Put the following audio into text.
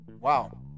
wow